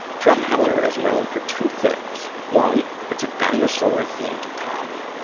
drumheller is known for two things. one, it's a dinosaur-themed town.